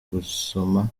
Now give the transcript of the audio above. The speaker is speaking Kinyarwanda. gusoma